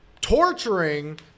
torturing